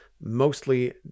mostly